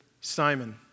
Simon